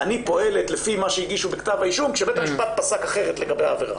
אני פועלת לפי מה שהגישו בכתב האישום כשבית המשפט פסק אחרת לגבי העבירה.